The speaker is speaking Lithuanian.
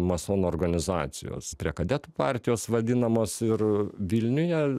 masonų organizacijos prie kadetų partijos vadinamos ir vilniuje